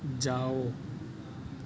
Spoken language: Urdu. جاؤ